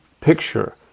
picture